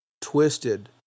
twisted